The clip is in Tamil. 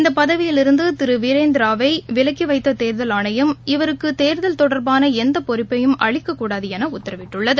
இந்த பதவியிருந்து திரு வீரேந்திராவை விலக்கி வைத்த தேர்தல் ஆணையம் இவருக்கு தேர்தல் தொடர்பான எந்த பொறுப்பையும் அளிக்கக்கூடாது என உத்தரவிட்டுள்ளது